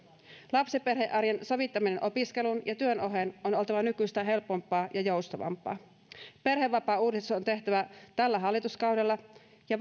lapsiperhearjen sovittamisen opiskelun ja työn oheen on oltava nykyistä helpompaa ja joustavampaa perhevapaauudistus on tehtävä tällä hallituskaudella ja